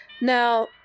Now